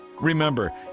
Remember